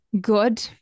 good